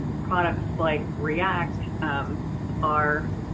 products like react are